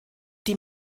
die